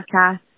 podcast